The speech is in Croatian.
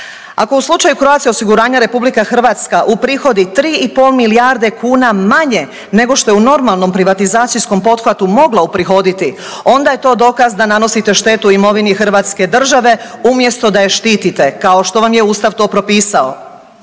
Ako u slučaju Croatia osiguranja RH uprihodi 3,5 milijarde kuna manje nego što je u normalnom privatizacijskom pothvatu mogla uprihoditi onda je to dokaz da nanosite štetu imovini hrvatske države umjesto da je štitite kao što vam je ustav to propisao.